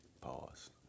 Pause